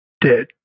dead